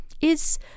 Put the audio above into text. Is